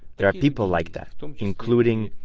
there are people like that. um including